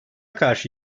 karşı